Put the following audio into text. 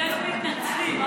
אצלנו מתנצלים.